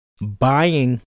buying